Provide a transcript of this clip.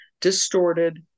distorted